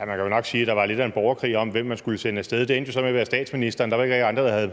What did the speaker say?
af en borgerkrig – det kan man vel nok sige – om, hvem man skulle sende af sted. Det endte så med at være statsministeren; der var ikke rigtig andre, der